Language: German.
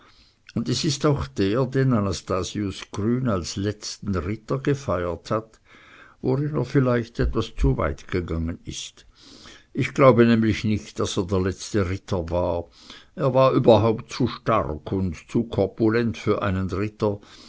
und es ist auch der den anastasius grün als letzten ritter gefeiert hat worin er vielleicht etwas zu weit gegangen ist ich glaube nämlich nicht daß er der letzte ritter war er war überhaupt zu stark und zu korpulent für einen ritter